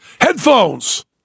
Headphones